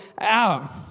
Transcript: out